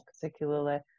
particularly